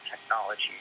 technology